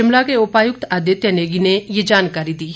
शिमला के उपायुक्त आदित्य नेगी ने ये जानकारी दी है